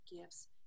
gifts